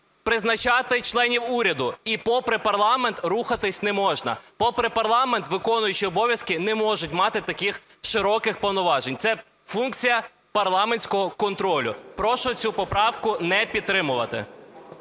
призначати членів уряду, і попри парламент рухатись не можна. Попри парламент виконуючі обов'язки не можуть мати таких широких повноважень. Це функція парламентського контролю. Прошу цю поправку не підтримувати.